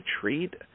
treat